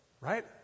right